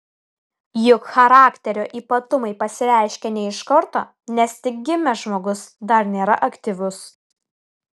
juk charakterio ypatumai pasireiškia ne iš karto nes tik gimęs žmogus dar nėra aktyvus